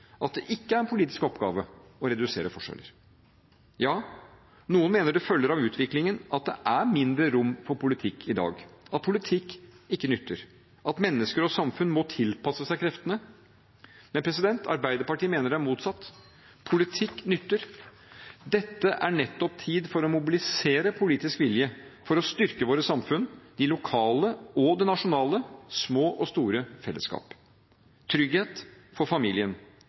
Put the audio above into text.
at det ikke er en politisk oppgave å redusere forskjeller. Ja, noen mener det følger av utviklingen at det er mindre rom for politikk i dag, at politikk ikke nytter, at mennesker og samfunn må tilpasse seg kreftene. Arbeiderpartiet mener det er motsatt. Politikk nytter. Dette er nettopp tid for å mobilisere politisk vilje for å: styrke våre samfunn, de lokale og det nasjonale, små og store fellesskap gi trygghet for familien,